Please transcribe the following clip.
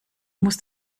muss